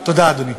תודה, אדוני.